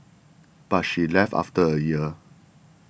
but she left after a year